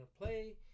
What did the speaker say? play